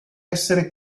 essere